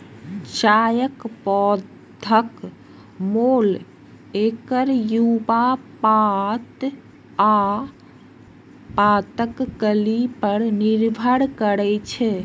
चायक पौधाक मोल एकर युवा पात आ पातक कली पर निर्भर करै छै